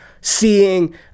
seeing